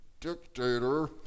dictator